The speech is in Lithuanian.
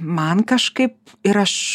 man kažkai ir aš